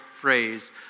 phrase